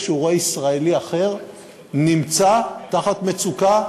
כשהוא רואה ישראלי אחר נמצא תחת מצוקה,